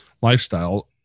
lifestyle